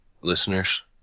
listeners